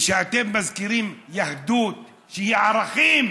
וכשאתם מזכירים יהדות, שהיא ערכים,